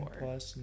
plus